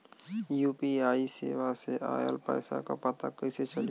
UPI सेवा से ऑयल पैसा क पता कइसे चली?